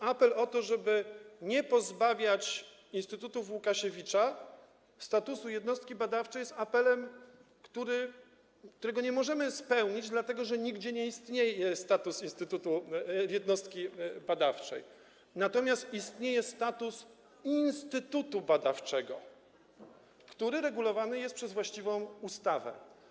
Apel o to, żeby nie pozbawiać instytutów Łukasiewicza statusu jednostki badawczej jest apelem, którego nie można spełnić, dlatego że nie istnieje status jednostki badawczej, natomiast istnieje status instytutu badawczego, który regulowany jest przez właściwą ustawę.